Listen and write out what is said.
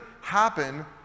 happen